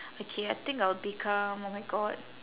okay I think I'll become oh my god